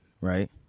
right